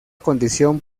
condición